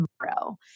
tomorrow